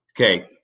okay